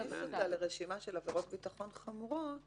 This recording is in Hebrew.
להכניס אותה לרשימה של עבירות ביטחון חמורות